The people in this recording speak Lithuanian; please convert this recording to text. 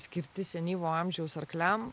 skirti senyvo amžiaus arkliam